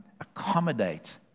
accommodate